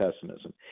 pessimism